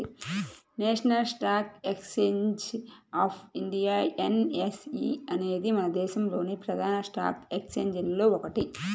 national stock exchange of India NSE అనేది మన దేశంలోని ప్రధాన స్టాక్ ఎక్స్చేంజిల్లో ఒకటి